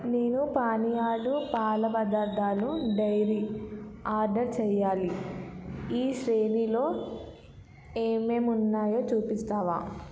నేను పానీయాలు పాల పదార్ధాలు డైరీ ఆర్డర్ చెయ్యాలి ఈ శ్రేణిలో ఏమేం ఉన్నాయో చూపిస్తావా